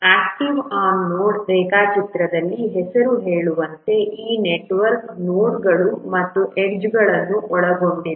activity on node ರೇಖಾಚಿತ್ರದಲ್ಲಿ ಹೆಸರುಗಳು ಹೇಳುವಂತೆ ಈ ನೆಟ್ವರ್ಕ್ ನೋಡ್ಗಳು ಮತ್ತು ಎಡ್ಜ್ಗಳನ್ನು ಒಳಗೊಂಡಿದೆ